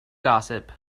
gossip